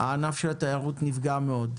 ענף התיירות נפגע מאוד.